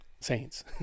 Saints